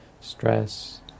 stress